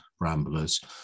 ramblers